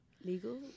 legal